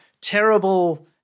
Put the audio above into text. terrible